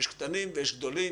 יש קטנים ויש גדולים,